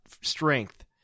Strength